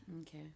Okay